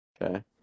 Okay